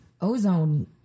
ozone